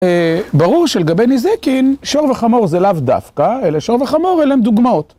ברור שלגבי נזקין שור וחמור זה לאו דווקא אלא שור וחמור אלה הם דוגמאות.